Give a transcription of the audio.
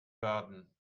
werden